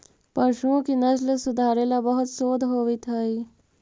पशुओं की नस्ल सुधारे ला बहुत शोध होवित हाई